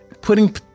Putting